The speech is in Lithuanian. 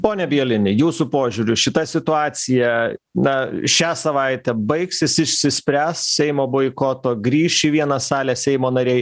pone bielini jūsų požiūriu šita situacija na šią savaitę baigsis išsispręs seimo boikoto grįš į vieną salę seimo nariai